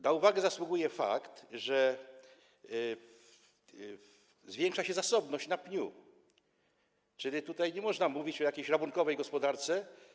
Na uwagę zasługuje fakt, że zwiększa się zasobność na pniu, czyli że nie można mówić o jakiejś rabunkowej gospodarce.